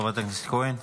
חברת הכנסת כהן.